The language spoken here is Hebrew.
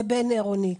לבין-עירוני.